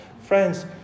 Friends